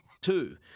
Two